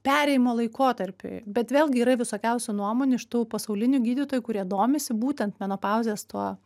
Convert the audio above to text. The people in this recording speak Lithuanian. perėjimo laikotarpiui bet vėlgi yra visokiausių nuomonių iš tų pasaulinių gydytojų kurie domisi būtent menopauzės tuo